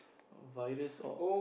virus or